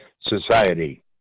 society